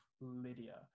Lydia